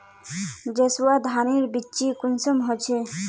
जसवा धानेर बिच्ची कुंसम होचए?